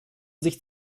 sich